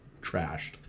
trashed